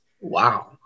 Wow